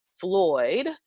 Floyd